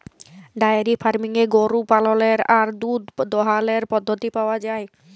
diary ফার্মিংয়ে গরু পাললের আর দুহুদ দহালর পদ্ধতি পাউয়া যায়